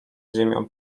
ziemią